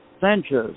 Sanchez